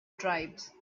tribes